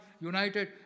united